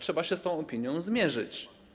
Trzeba się z tą opinią zmierzyć.